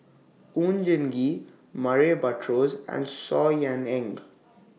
Oon Jin Gee Murray Buttrose and Saw Ean Ang